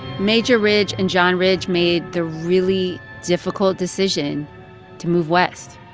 major ridge and john ridge made the really difficult decision to move west.